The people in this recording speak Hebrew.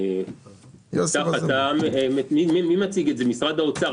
אני מדבר על צוות ההיגוי.